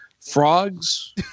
frogs